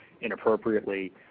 inappropriately